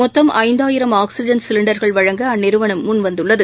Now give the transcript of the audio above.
மொத்தம் ஐந்தாயிரம் ஆக்சிஜன் சிலிண்டர்கள் வழங்க அந்நிறுவனம் முன்வந்துள்ளது